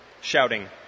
shouting